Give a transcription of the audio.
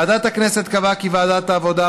ועדת הכנסת קבעה כי ועדת העבודה,